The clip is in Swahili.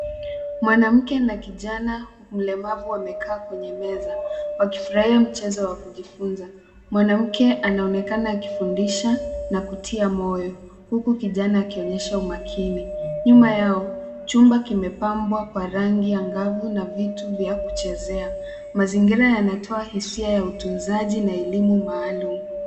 Mwanamke na kijana mlemavu wamekaa kwenye meza wakifurahia mchezo wa kujifunza. Mwanamke anaonekana akifundisha na kutia moyo huku kijana akionyesha umakini. Nyuma yao chumba kimepambwa kwa rangi angavu na vitu vya kuchezea. Mazingira yanatoa hisia ya utunzaji na elimu maalum.